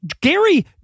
Gary